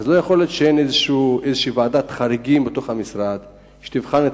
לא יכול להיות שאין איזו ועדת חריגים במשרד שתבחן את